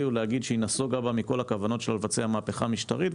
הוא להגיד שהיא נסוגה בה מכל הכוונות שלה לבצע מהפכה משטרית,